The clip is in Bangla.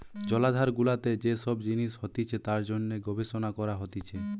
জলাধার গুলাতে যে সব জিনিস হতিছে তার জন্যে গবেষণা করা হতিছে